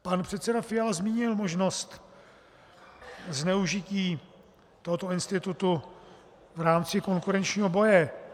Pan předseda Fiala zmínil možnost zneužití tohoto institutu v rámci konkurenčního boje.